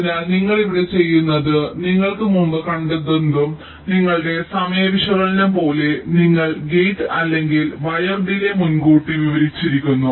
അതിനാൽ നിങ്ങൾ ഇവിടെ ചെയ്യുന്നത് നിങ്ങൾ മുമ്പ് കണ്ടതെന്തും നിങ്ങളുടെ സമയ വിശകലനം പോലെ നിങ്ങളുടെ ഗേറ്റ് അല്ലെങ്കിൽ വയർ ഡിലേയ് മുൻകൂട്ടി വിവരിച്ചിരിക്കുന്നു